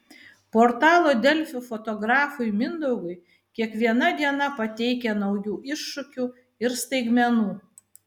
portalo delfi fotografui mindaugui kiekviena diena pateikia naujų iššūkių ir staigmenų